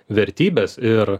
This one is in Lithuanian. vertybes ir